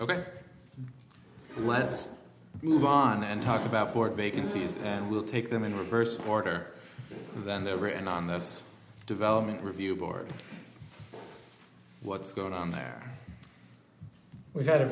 ok let's move on and talk about court vacancies and we'll take them in reverse order and then they're written on this development review board what's going on there we've